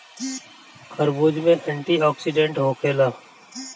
खरबूज में एंटीओक्सिडेंट होखेला